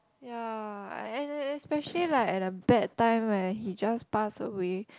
ya I and especially like at a bad time when he just passed away